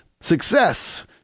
Success